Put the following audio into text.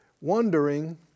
Wondering